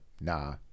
nah